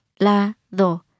lado